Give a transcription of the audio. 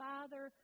Father